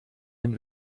den